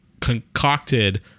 concocted